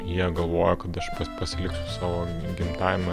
jie galvojo kad aš pas pasiliksiu savo gimtajam